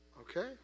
Okay